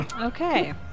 Okay